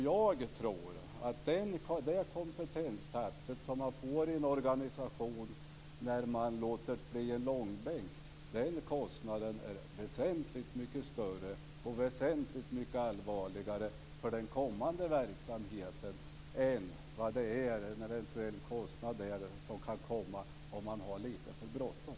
Jag tror att kostnaden för det kompetenstapp som man får i en organisation när man låter förändringen dras i långbänk är väsentligt mycket större och väsentligt mycket allvarligare för den kommande verksamheten än den kostnad som eventuellt kan komma om man har lite för bråttom.